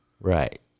Right